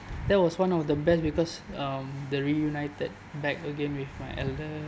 that was one of the best because um the reunited back again with my elder